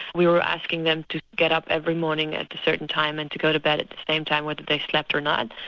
we were asking them to get up every morning at a certain time and to go to bed at the same time whether they slept or not.